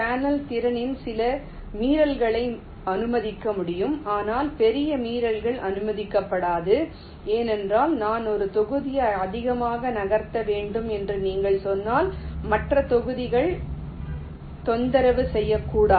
channel திறனில் சில மீறல்களை அனுமதிக்க முடியும் ஆனால் பெரிய மீறல்கள் அனுமதிக்கப்படாது ஏனென்றால் நான் ஒரு தொகுதியை அதிகமாக நகர்த்த வேண்டும் என்று நீங்கள் சொன்னால் மற்ற தொகுதிகள் தொந்தரவு செய்யக்கூடும்